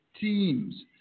teams